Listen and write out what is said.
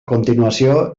continuació